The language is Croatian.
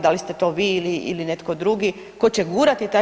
Da li ste to vi ili netko drugi tko će gurati taj